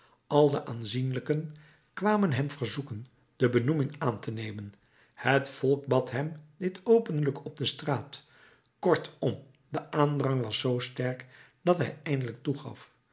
al de aanzienlijken kwamen hem verzoeken de benoeming aan te nemen het volk bad hem dit openlijk op de straat kortom de aandrang was zoo sterk dat hij eindelijk toegaf